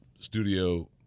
studio